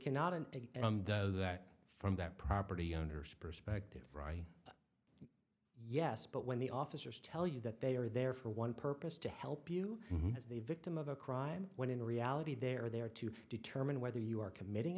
that from that property owners perspective right yes but when the officers tell you that they are there for one purpose to help you as the victim of a crime when in reality they are there to determine whether you are committing